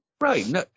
Right